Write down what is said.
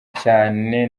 cyane